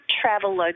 travel